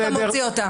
אתה מוציא אותה.